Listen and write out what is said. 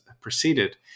proceeded